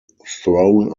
throne